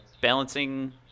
balancing